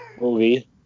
movie